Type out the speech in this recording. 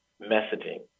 messaging